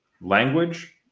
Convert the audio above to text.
language